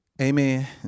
Amen